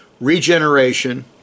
regeneration